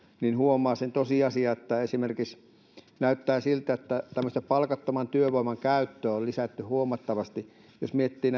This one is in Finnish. niin huomaa sen tosiasian että näyttää esimerkiksi siltä että palkattoman työvoiman käyttöä on lisätty huomattavasti jos miettii